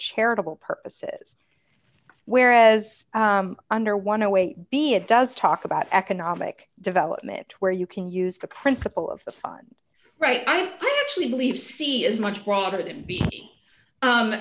charitable purposes whereas under one away be it does talk about economic development where you can use the principle of the fun right i actually believe c is much broader than b